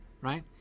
right